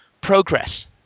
progress